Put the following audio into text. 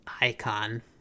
icon